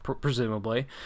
presumably